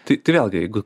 tai vėlgi jeigu